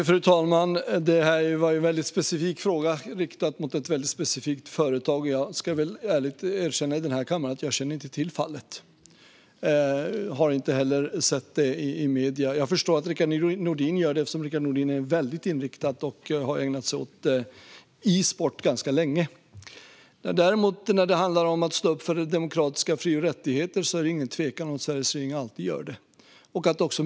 Fru talman! Detta var en specifik fråga om ett specifikt företag. Jag får ärligt erkänna att jag inte känner till detta fall, och jag har inte heller sett något om det i medierna. Jag förstår att Rickard Nordin känner till det eftersom han har ägnat sig åt e-sport länge och är väl insatt. Vad gäller att stå upp för demokratiska fri och rättigheter är det ingen tvekan om att Sveriges regering alltid gör det.